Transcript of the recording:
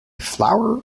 flower